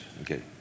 okay